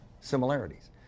similarities